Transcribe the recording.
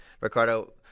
Ricardo